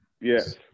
Yes